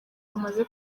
bamaze